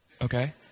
okay